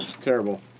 Terrible